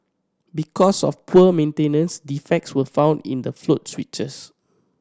because of poor maintenance defects were found in the float switches